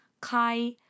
kai